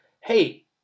Hey